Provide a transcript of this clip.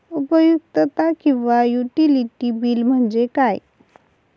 उपयुक्तता किंवा utility bill म्हणजे काय?